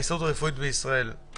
ההסתדרות הרפואית בישראל,